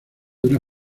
una